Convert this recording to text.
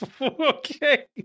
Okay